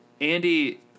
Andy